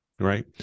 right